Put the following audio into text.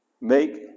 make